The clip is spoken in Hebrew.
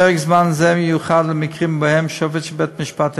פרק זמן זה ייוחד למקרים שבהם שופט של בית-המשפט העליון,